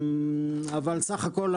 בסך הכל,